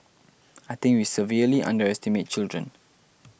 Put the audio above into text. I think we severely underestimate children